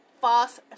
false